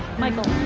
michael.